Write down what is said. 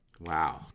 Wow